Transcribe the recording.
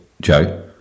Joe